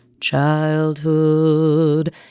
childhood